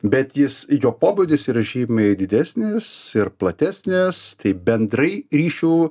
bet jis jo pobūdis yra žymiai didesnis ir platesnės tai bendrai ryšių